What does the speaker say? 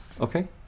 Okay